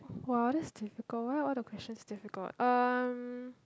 !wow! this difficult why are all the questions difficult um